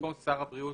ובמקום "שר הבריאות